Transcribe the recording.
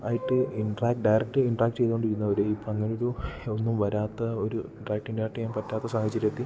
ആയിട്ട് interact direct interact ചെയ്തു കൊണ്ടിരുന്നവർ ഇപ്പം അങ്ങനെ ഒരു ഒന്നും വരാത്ത ഒരു ഡയറക്റ്റ് ഇൻട്രാക്റ്റ് ചെയ്യാൻ പറ്റാത്ത സാഹചര്യത്തിൽ